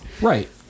Right